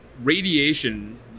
radiation